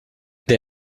they